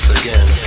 again